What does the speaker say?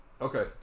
Okay